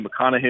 McConaughey